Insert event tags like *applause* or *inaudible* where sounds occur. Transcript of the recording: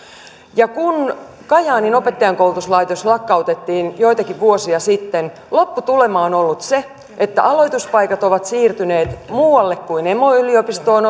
ja kun kajaanin opettajankoulutuslaitos lakkautettiin joitakin vuosia sitten lopputulema on ollut se että aloituspaikat ovat siirtyneet muualle kuin emoyliopistoon *unintelligible*